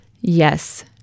Yes